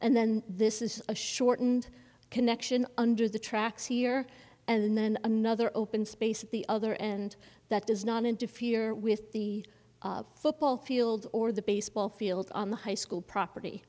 and then this is a shortened connection under the tracks here and then another open space at the other end that does not interfere with the football field or the baseball field on the high school property